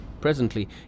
Presently